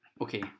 Okay